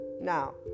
now